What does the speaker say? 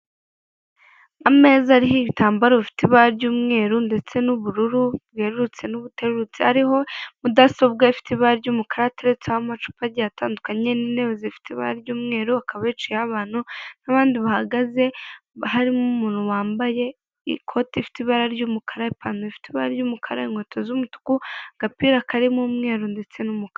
Ameza ariho ibitambaro bifite ibara ry'umweru, ndetse n'ubururu bwerurutse n'ubuterurutse, ariho mudasobwa ifite ibara ry'umukara ateretseho amacupa agiye atandukanye n'intebe zifite ibara ry'umweru akaba hicayeho abantu n'abandi bahagaze, harimo umuntu wambaye ikoti ifite ibara ry'umukara, ipantaro ifite ibara ry'umukara inkweto z'umutuku, agapira karimo umweru ndetse n'umukara.